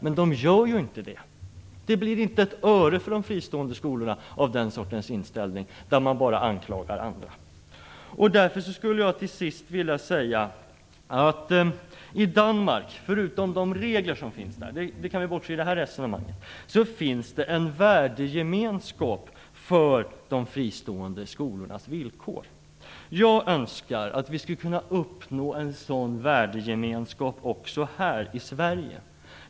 Det gör de ju inte. Det blir inte ett öre till de fristående skolorna av den sortens inställning, man bara anklagar andra. I Danmark finns det, förutom regler, en värdegemenskap för de fristående skolornas villkor. Jag önskar att vi skulle kunna uppnå en sådan värdegemenskap också i Sverige.